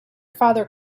father